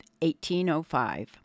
1805